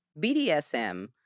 BDSM